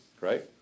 right